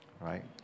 right